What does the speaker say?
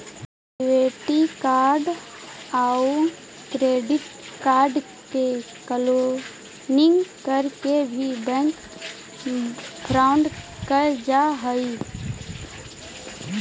debit card आउ credit card के cloning करके भी बैंक फ्रॉड कैल जा हइ